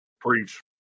Preach